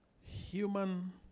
human